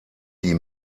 die